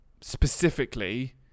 specifically